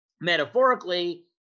metaphorically